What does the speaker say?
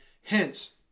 Hence